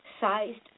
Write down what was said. sized